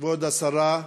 כבוד השרה,